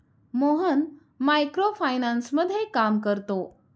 Mohan micro फायनान्समध्ये काम करतो